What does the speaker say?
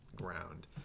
ground